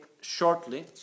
shortly